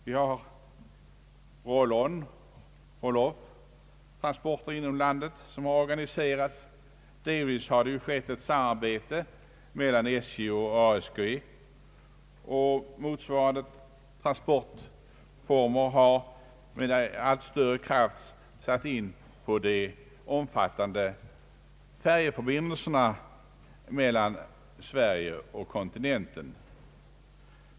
Vi har också roll onoch roll off-transporter inom landet som organiserats delvis genom samarbete mellan SJ och ASG, och motsvarande transportformer har med allt större kraft satts in på de omfattande färjeförbindelserna mellan Sverige och kontinenten.